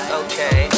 okay